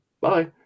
bye